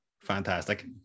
fantastic